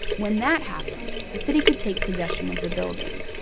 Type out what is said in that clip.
when that happened, the city could take possession of the building.